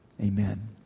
Amen